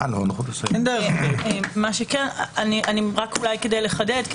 רק לחדד.